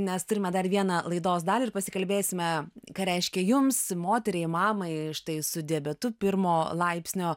nes turime dar vieną laidos dalį ir pasikalbėsime ką reiškia jums moteriai mamai štai su diabetu pirmo laipsnio